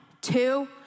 two